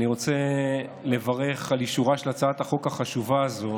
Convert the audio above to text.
אני רוצה לברך על אישורה של הצעת החוק החשובה הזו